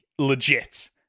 legit